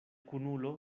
kunulo